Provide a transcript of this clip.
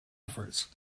efforts